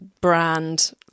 brand